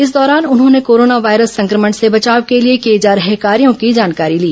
इस दौरान उन्होंने कोरोना वायरस संक्रमण से बचाव के लिए किए जा रहे कार्यों की जानकारी ली